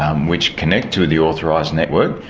um which connect to the authorised network,